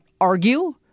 argue